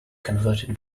converted